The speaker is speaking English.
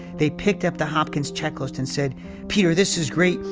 they picked up the hopkins checklist and said peter, this is great.